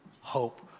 hope